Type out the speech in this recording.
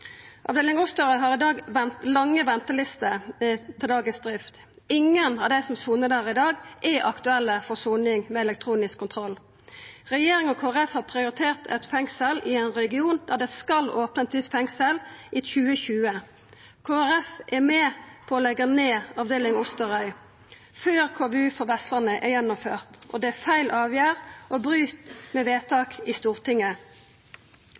Avdeling Osterøy har i dag lange ventelister til dagens drift. Ingen av dei som sonar der i dag, er aktuelle for soning med elektronisk kontroll. Regjeringa og Kristeleg Folkeparti har prioritert eit fengsel i ein region der det skal opnast nytt fengsel i 2020. Kristeleg Folkeparti er med på å leggja ned avdeling Osterøy før KVU for Vestlandet er gjennomført. Det er feil avgjerd og bryt med vedtak i Stortinget.